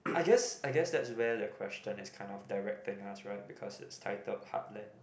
I guess I guess that's where the question is kind of directing us right because it's titled heartlands